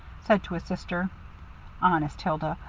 said to his sister honest, hilda,